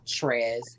trez